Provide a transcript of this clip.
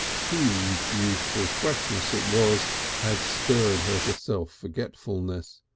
whose youthful freshness it was had stirred her to self-forgetfulness.